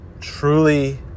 truly